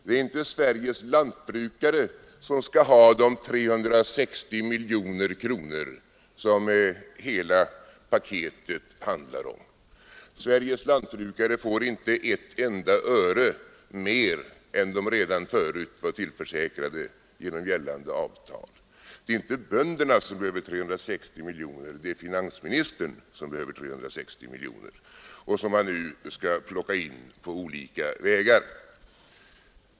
Det är inte Sveriges lantbrukare som skall ha de 360 miljoner kronor som hela paketet handlar om. Sveriges lantbrukare får inte ett enda öre mer än de redan förut var tillförsäkrade genom gällande avtal. Det är inte bönderna som behöver 360 miljoner. Det är finansministern som behöver 360 miljoner — som han nu skall plocka in på olika vägar.